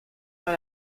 par